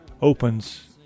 Opens